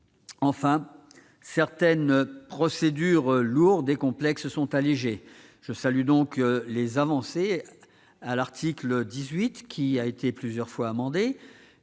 Enfin, certaines procédures lourdes et complexes sont allégées. Je salue donc les avancées à l'article 18, qui a été plusieurs fois amendé,